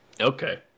okay